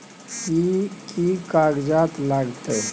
कि कि कागजात लागतै?